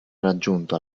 raggiunto